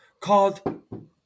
called